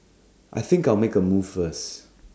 I think I'll make A move first